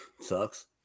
Sucks